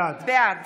בעד